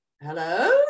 hello